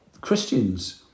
Christians